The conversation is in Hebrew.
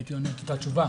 הייתי עונה את אותה תשובה.